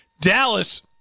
Dallas